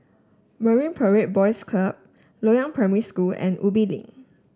Marine Parade Boys Club Loyang Primary School and Ubi Link